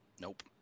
Nope